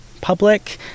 public